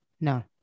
No